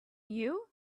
you